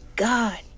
God